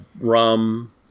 rum